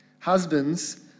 Husbands